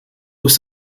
with